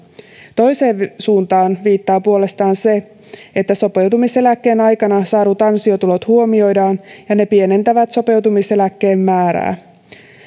toiseen suuntaan viittaa puolestaan se että sopeutumiseläkkeen aikana saadut ansiotulot huomioidaan ja ne pienentävät sopeutumiseläkkeen määrää